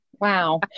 Wow